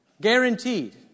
Guaranteed